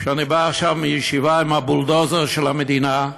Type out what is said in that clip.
שאני בא עכשיו מישיבה עם הבולדוזר של המדינה,